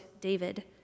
David